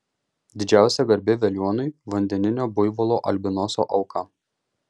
didžiausia garbė velioniui vandeninio buivolo albinoso auka